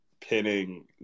pinning